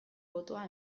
botoa